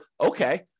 okay